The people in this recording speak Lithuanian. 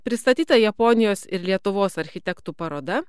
pristatyta japonijos ir lietuvos architektų paroda